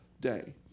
day